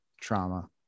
trauma